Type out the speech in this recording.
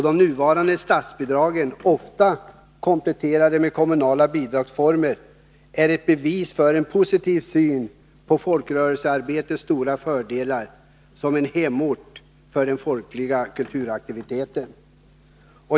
De nuvarande statsbidragen — ofta kompletterade med kommunala bidragsformer — är ett bevis för en positiv syn på folkrörelsearbetets stora fördelar — en hemort för den folkliga kulturaktiviteten.